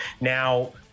Now